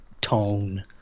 tone